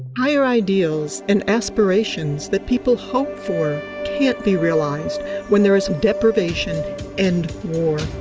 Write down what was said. higher ideals and aspirations that people hope for can't be realized when there is deprivation and war.